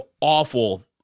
awful